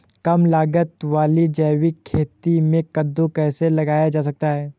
कम लागत वाली जैविक खेती में कद्दू कैसे लगाया जा सकता है?